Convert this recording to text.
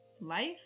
life